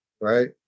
right